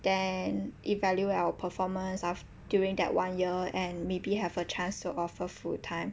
then evaluate our performance aft~ during that one year and maybe have a chance to offer full time